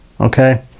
okay